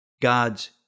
God's